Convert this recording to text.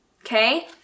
okay